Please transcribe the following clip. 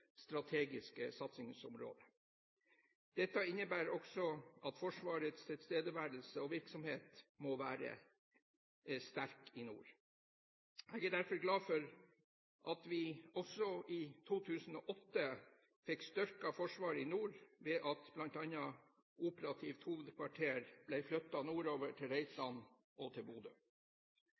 strategiske satsingsområde. Dette innebærer også at Forsvarets tilstedeværelse og virksomhet må være sterk i nord. Jeg er derfor glad for at vi i 2008 fikk styrket Forsvaret i nord ved at bl.a. operativt hovedkvarter ble flyttet nordover til Reitan og Bodø.